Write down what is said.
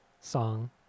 song